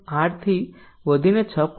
8 થી વધીને 6